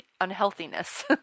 unhealthiness